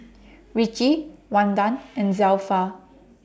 Richie Wanda and Zelpha